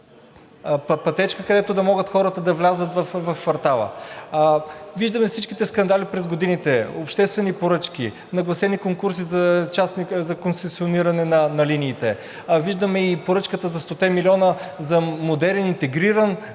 пътечка, където да могат хората да влязат в квартала. Виждаме всичките скандали през годините – обществени поръчки, нагласени конкурси за концесиониране на линиите. Виждаме и поръчката за 100-те милиона за модерен интегриран